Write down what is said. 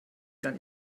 dann